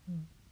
hmm